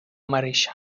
marysia